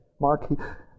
Mark